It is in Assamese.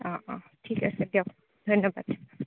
অ অ ঠিক আছে দিয়ক ধন্যবাদ